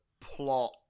plot